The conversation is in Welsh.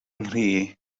nghri